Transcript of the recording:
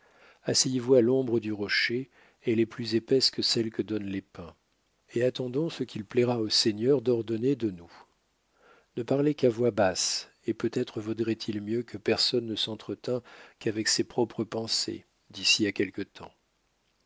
asseyez-vous à l'ombre du rocher elle est plus épaisse que celle que donnent les pins et attendons ce qu'il plaira au seigneur d'ordonner de nous ne parlez qu'à voix basse et peut-être vaudrait-il mieux que personne ne s'entretînt qu'avec ses propres pensées d'ici à quelque